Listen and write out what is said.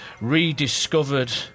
rediscovered